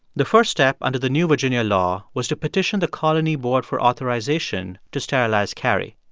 the first step under the new virginia law was to petition the colony board for authorization to sterilize carrie.